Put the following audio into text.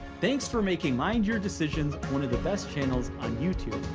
thanks for making mind your decisions one of the best channels on youtube.